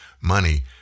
money